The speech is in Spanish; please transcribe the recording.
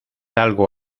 algo